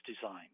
design